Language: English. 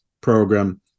program